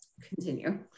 continue